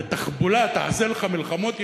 בתחבולה תעשה לך מלחמות,